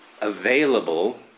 available